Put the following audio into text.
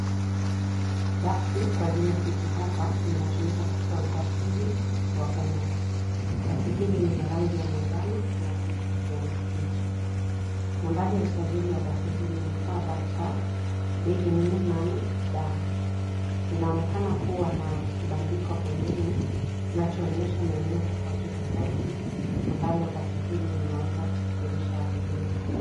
Basi, kwa jina Citi Hoppa linatumika katika usafiri, wa umma, basi hili ni la rangi ya manjano na rangi ya kijani kibichi, nambari ya usajili wa basi hili ni KBT 248D , linaonekana kuwa na kibandiko pembeni, kinachoonyesha maeneo tofauti tofauti, ambalo basi hili linaweza kusafirisha abiria.